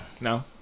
no